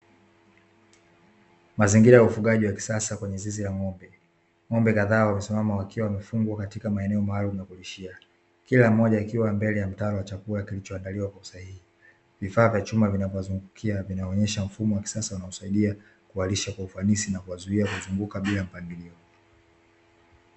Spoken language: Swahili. Mazingira ya ufugaji wa kisasa kwenye zizi la ng'ombe. Ng'ombe kadhaa wakisimama wakiwa wamefungwa katika maeneo maalumu ya kulishia, kila mmoja akiwa mbele ya mtaro wa chakula kilichoandaliwa kwa usahihi. Vifaa vya chuma vinavyozungukia vinaonyesha mfumo wa kisasa unaosaidia kuwalisha kwa ufanisi na kuwazuia kuzunguka bila mpangilio.